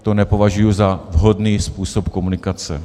To nepovažuji za vhodný způsob komunikace.